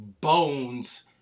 Bones